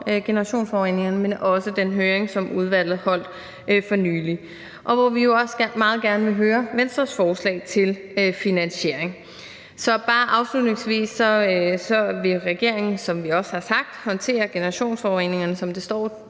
generationsforureningerne, men også på den høring, som udvalget holdt for nylig. Vi vil også meget gerne høre Venstres forslag til finansiering. Så afslutningsvis vil jeg sige, at regeringen, som vi også har sagt, vil håndtere generationsforureningerne, som det står